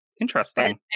Interesting